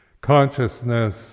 Consciousness